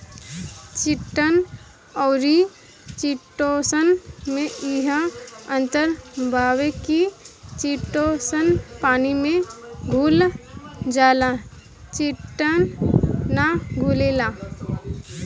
chitin अउरी chitosan में इहे अंतर बावे की चिटोसन पानी में घुल जाला चिटिन ना घुलेला